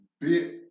Bit